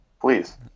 Please